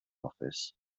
office